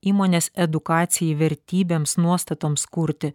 įmonės edukacijai vertybėms nuostatoms kurti